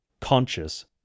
conscious